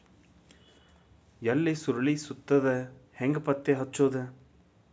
ಎಲಿ ಸುರಳಿ ಸುತ್ತಿದ್ ಹೆಂಗ್ ಪತ್ತೆ ಹಚ್ಚದ?